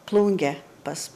plungę pas